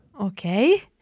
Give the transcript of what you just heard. Okay